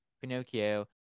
Pinocchio